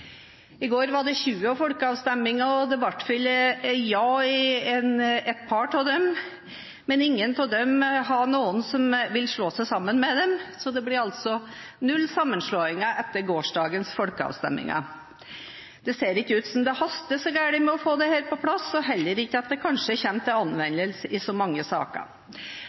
I går var det 20 folkeavstemninger, og det ble vel ja i et par av dem, men ingen av dem hadde noen som ville slå seg sammen med dem, så det blir altså null sammenslåinger etter gårsdagens folkeavstemninger. Det ser ikke ut som om det haster så veldig med å få dette på plass, og heller ikke at det kommer til anvendelse i så mange saker.